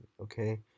Okay